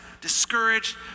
discouraged